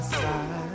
side